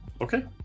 Okay